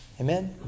Amen